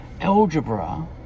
algebra